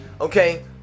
Okay